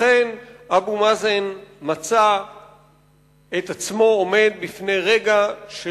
לכן אבו מאזן מצא את עצמו עומד בפני רגע של